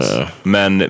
Men